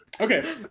Okay